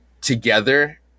together